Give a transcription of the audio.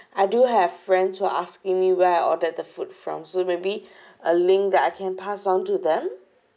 I do have friends who are asking me where I ordered the food from so maybe a link that I can pass on to them